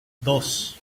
dos